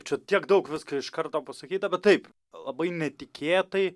čia tiek daug visko iš karto pasakyta bet taip labai netikėtai